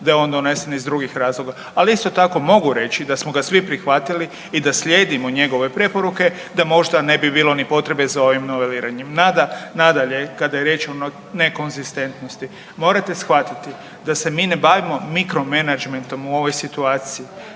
da je on donesen iz drugih razloga. Ali isto tako mogu reći da smo ga svi prihvatili i da slijedimo njegove preporuke da možda ne bi bilo ni potrebe za ovim noveliranjem. Nada, nadalje kada je riječ o nekonzistentnosti morate shvatiti da se mi ne bavimo mikromenadžmentom u ovoj situaciji.